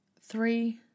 three